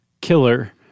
killer